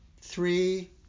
three